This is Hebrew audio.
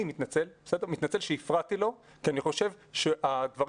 אני מתנצל שהפרעתי לו כי אני חושב שהדברים